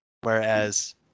Whereas